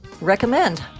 recommend